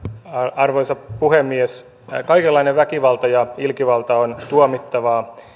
arvoisa puhemies kaikenlainen väkivalta ja ilkivalta on tuomittavaa